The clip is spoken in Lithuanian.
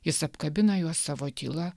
jis apkabina juos savo tyla